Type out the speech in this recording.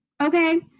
okay